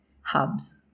hubs